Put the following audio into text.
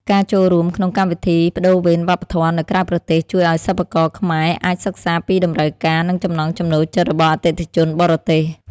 ការចូលរួមក្នុងកម្មវិធីប្តូរវេនវប្បធម៌នៅក្រៅប្រទេស ជួយឱ្យសិប្បករខ្មែរអាចសិក្សាពីតម្រូវការ និងចំណង់ចំណូលចិត្តរបស់អតិថិជនបរទេស។